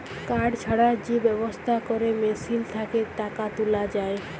card ছাড়া যে ব্যবস্থা ক্যরে মেশিল থ্যাকে টাকা তুলা যায়